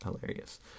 hilarious